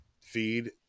feed